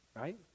right